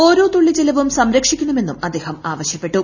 ഓരോ തുള്ളി ജലവും സംരക്ഷിക്കണമെന്നും അദ്ദേഹം ആവശ്യപ്പെട്ടു